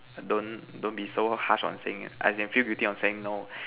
don't don't be so harsh on things I can feel between on saying no